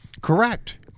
Correct